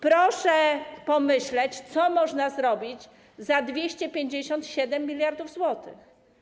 Proszę pomyśleć, co można zrobić za 257 mld zł.